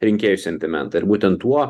rinkėjų sentimentą ir būtent tuo